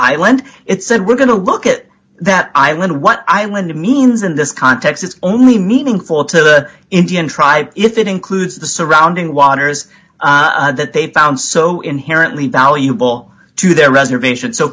island it said we're going to look at that island what island means in this context it's only meaningful to the indian tribe if it includes the surrounding waters that they've found so inherently valuable to their reservation so